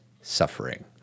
suffering